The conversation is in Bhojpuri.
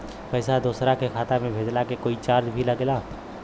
पैसा दोसरा के खाता मे भेजला के कोई चार्ज भी लागेला?